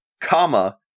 comma